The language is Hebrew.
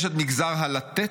"יש את מגזר ה'לתת'